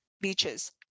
beaches